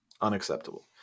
Unacceptable